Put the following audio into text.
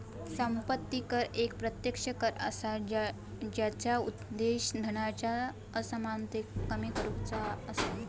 संपत्ती कर एक प्रत्यक्ष कर असा जेचा उद्देश धनाच्या असमानतेक कमी करुचा असा